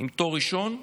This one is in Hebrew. עם תואר ראשון,